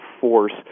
force